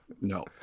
No